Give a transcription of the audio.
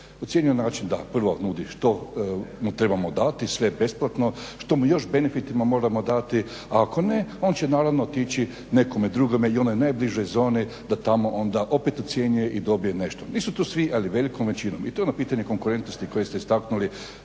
na način da prvo nudi što mu trebamo dati sve besplatno, što mu još benefitima moramo dati, a ako ne on će naravno otići nekome drugome i onoj najbližoj zoni da tamo onda opet ucjenjuje i dobije nešto. Nisu tu svi, ali velikom većinom. I to je ono pitanje konkurentnosti koje ste istaknuli.